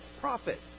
profit